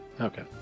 Okay